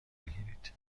بگیرید